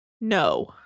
No